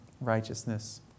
righteousness